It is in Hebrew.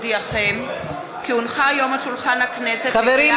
והבריאות להכנה לקריאה שנייה ושלישית.